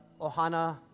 Ohana